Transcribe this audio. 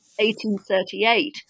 1838